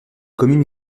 communes